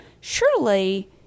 surely